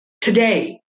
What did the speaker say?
today